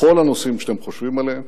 בכל הנושאים שאתם חושבים עליהם,